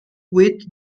with